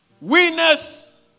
Winners